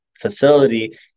facility